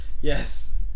yes